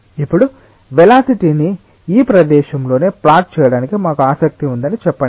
ఇప్పుడు వెలాసిటి ని ఈ ప్రదేశంలోనే ప్లాట్ చేయడానికి మాకు ఆసక్తి ఉందని చెప్పండి